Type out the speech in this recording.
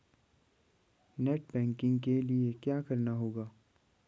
Net banking के लिए क्या करना होगा?